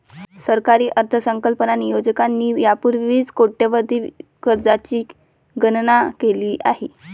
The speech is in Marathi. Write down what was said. सरकारी अर्थसंकल्प नियोजकांनी यापूर्वीच कोट्यवधी कर्जांची गणना केली आहे